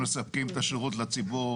מספקים את השירות לציבור,